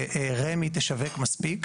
ורמ"י (רשות מקרקעי ישראל) תשווק מספיק,